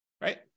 right